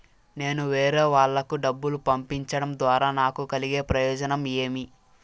నేను వేరేవాళ్లకు డబ్బులు పంపించడం ద్వారా నాకు కలిగే ప్రయోజనం ఏమి?